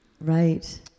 Right